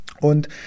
und